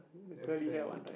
left hand